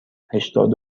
هشتاد